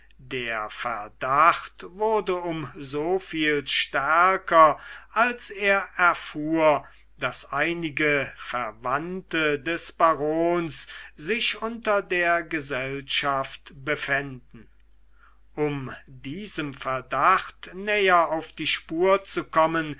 der verdacht wurde um soviel stärker als er erfuhr daß einige verwandte des barons sich unter der gesellschaft befänden um diesem verdacht näher auf die spur zu kommen